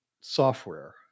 software